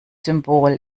symbol